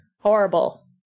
horrible